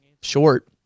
short